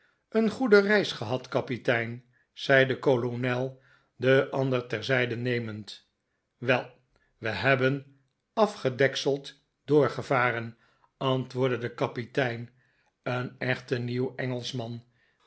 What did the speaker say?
een goede reis gehad kapitein zei de kolonel den ander terzijde nemend wel we hebben afgedekseld doorgevarenl antwoordde de kapitein een echte nieuw engelschman